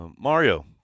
Mario